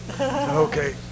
Okay